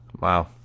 Wow